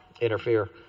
interfere